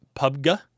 PUBG